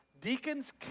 deacons